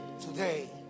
Today